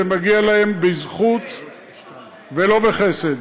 זה מגיע להם בזכות ולא בחסד.